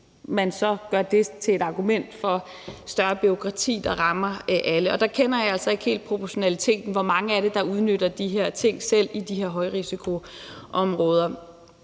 man så gør det til et argument for større bureaukrati, der rammer alle. Og der kender jeg altså ikke helt proportionerne, altså hvor mange er det, der udnytter de her ting selv, i de her højrisikoområder?